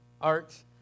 arts